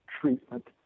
treatment